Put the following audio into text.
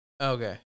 Okay